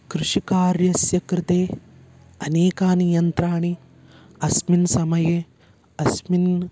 कृषिकार्यस्य कृते अनेकानि यन्त्राणि अस्मिन् समये अस्मिन्